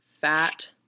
fat